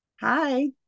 Hi